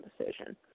decision